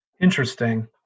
Interesting